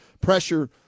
pressure